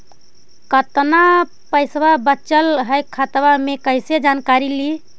कतना पैसा बचल है खाता मे कैसे जानकारी ली?